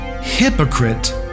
Hypocrite